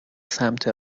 سمت